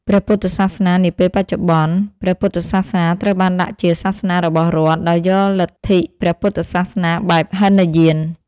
ព្រះពុទ្ធសាសនានាពេលបច្ចុប្បន្ន៖ព្រះពុទ្ធសាសនាត្រូវបានដាក់ជាសាសនា របស់រដ្ឋ ដោយយកលទ្ធិព្រះពុទ្ធសាសនាបែបហីនយាន ។